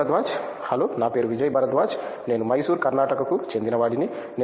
Vijay Bharadwaj hello నా పేరు విజయ్ భరద్వాజ్ నేను మైసూర్ కర్ణాటకకు చెందిన వాడిని